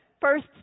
first